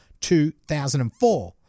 2004